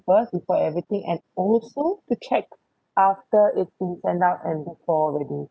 first before everything and also to check after it's been sent out and before ready